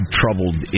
troubled